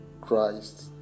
Christ